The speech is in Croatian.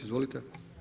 Izvolite.